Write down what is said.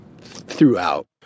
throughout